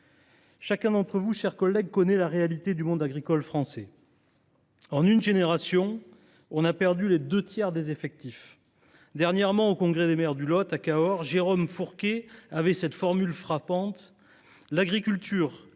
Chacun d’entre vous, mes chers collègues, connaît la réalité du monde agricole français. En une génération, nous avons perdu les deux tiers des effectifs. Dernièrement, au congrès des maires du Lot, Jérôme Fourquet a eu cette formule frappante :« L’agriculture